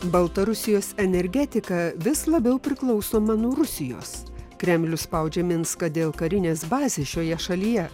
baltarusijos energetika vis labiau priklausoma nuo rusijos kremlius spaudžia minską dėl karinės bazės šioje šalyje